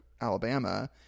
alabama